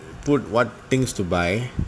put what things to buy